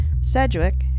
Sedgwick